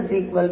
அது hx1x2